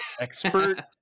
expert